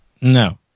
No